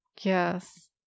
Yes